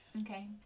Okay